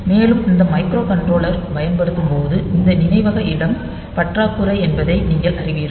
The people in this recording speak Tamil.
மேலும் இந்த மைக்ரோகண்ட்ரோலர் பயன்படுத்தப்படும்போது இந்த நினைவக இடம் பற்றாக்குறை என்பதை நீங்கள் அறிவீர்கள்